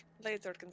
later